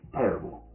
terrible